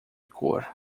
cor